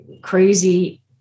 crazy